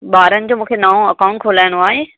ॿारनि जो मूंखे नओं अकाउंट खोलाइणो आहे